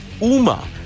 UMA